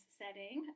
setting